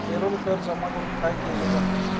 Payroll कर जमा करून काय केले जाते?